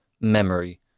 memory